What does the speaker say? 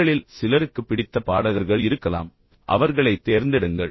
உங்களில் சிலருக்கு பிடித்த பாடகர்கள் இருக்கலாம் உங்களுக்கு பிடித்த பாடகர்களைத் தேர்ந்தெடுங்கள்